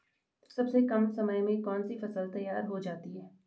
सबसे कम समय में कौन सी फसल तैयार हो जाती है?